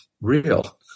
real